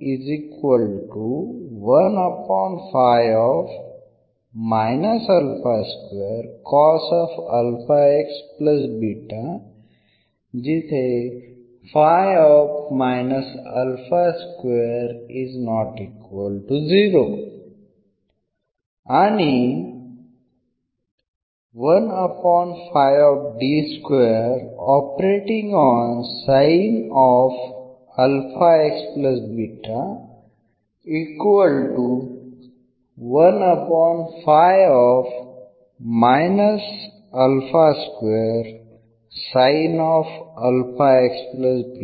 इथे